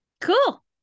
cool